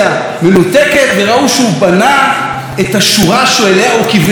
וראו שהוא בנה את השורה שאליה הוא כוונן את כל הנאום.